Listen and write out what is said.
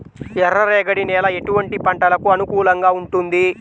ఎర్ర రేగడి నేల ఎటువంటి పంటలకు అనుకూలంగా ఉంటుంది?